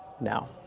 now